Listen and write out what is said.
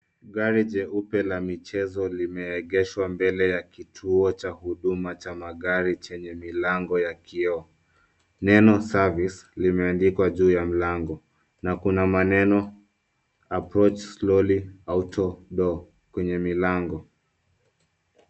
Gari jeupe la michezo limeegeshwa mbele ya kituo cha huduma cha magari chenye milango ya kioo. Neno servive limeandikwa mbele ya lango na kuna maneno Approach slowly auto door kwenye mlango.